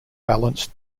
balanced